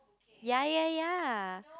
ya ya ya